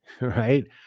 right